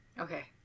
Okay